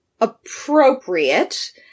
appropriate